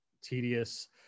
tedious